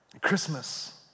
Christmas